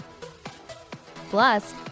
Plus